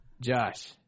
Josh